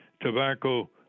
tobacco